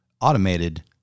automated